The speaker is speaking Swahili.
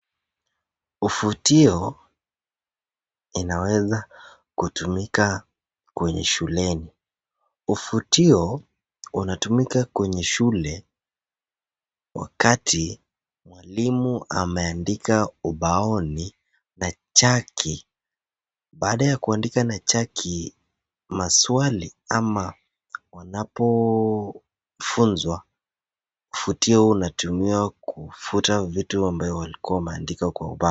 Ufutio inaweza kutumika kwenye shuleni, ufutio unatumika kwenye shule wakati mwalimu ameaandika ubaoni na chaki, baada ya kuaandika kwa chaki swali ama wanapofunzwa, ufutio unatumiwa kufuta vitu ambayo walikuwa wameandika kwa ubao.